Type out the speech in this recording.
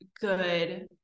good